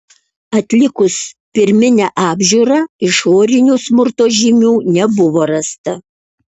atlikus pirminę apžiūrą išorinių smurto žymių nebuvo rasta